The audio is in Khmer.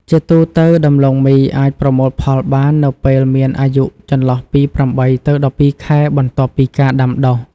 ជាទូទៅ ដំឡូងមីអាចប្រមូលផលបាននៅពេលមានអាយុចន្លោះពី ៨ ទៅ ១២ ខែ បន្ទាប់ពីការដាំដុះ។